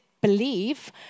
believe